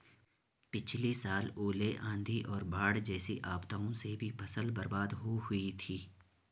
पिछली साल ओले, आंधी और बाढ़ जैसी आपदाओं से भी फसल बर्बाद हो हुई थी